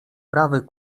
prawy